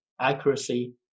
accuracy